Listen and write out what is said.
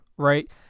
right